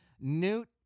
Newt